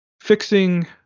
fixing